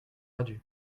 perdus